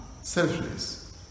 selfless